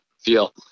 feel